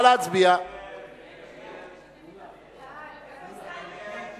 ההצעה להסיר מסדר-היום את הצעת חוק האזרחות (תיקון,